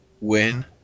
win